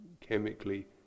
chemically